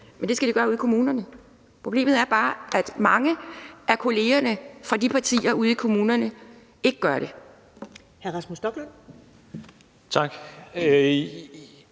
og det skal de gøre ude i kommunerne. Problemet er bare, at mange af kollegerne fra de partier ude i kommunerne ikke gør det. Kl. 10:42 Første